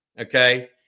okay